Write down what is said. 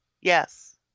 Yes